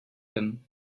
him